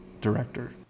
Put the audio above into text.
director